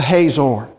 Hazor